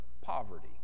poverty